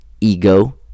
ego